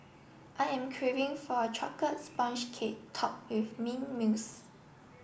I am craving for a chocolate sponge cake topped with mint mousse